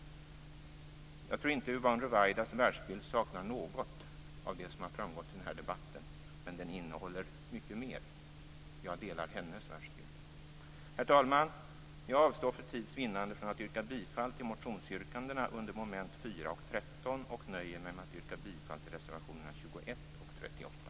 Jag tror inte Yvonne Ruwaidas världsbild saknar något av det som har framgått i den här debatten. Men den innehåller mycket mer. Jag delar hennes världsbild. Herr talman! Jag avstår för tids vinnande från att yrka bifall till motionsyrkandena under mom. 4 och 13 och nöjer mig med att yrka bifall till reservationerna 21 och 38.